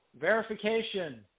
verification